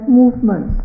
movement